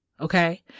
Okay